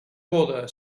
boda